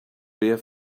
beer